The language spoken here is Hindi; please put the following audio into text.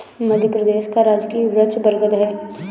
मध्य प्रदेश का राजकीय वृक्ष बरगद है